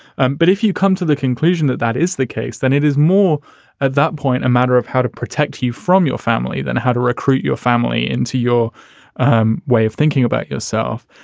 and but if you come to the conclusion that that is the case, then it is more at that point a matter of how to protect you from your family than how to recruit your family into your um way of thinking about yourself.